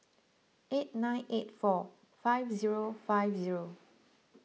eight nine eight four five zero five zero